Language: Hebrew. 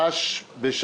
בשעה 06:00 בבוקר.